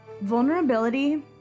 Vulnerability